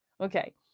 Okay